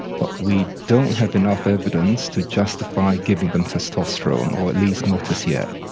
but we don't have enough evidence to justify giving them testosterone, or at least not as yet.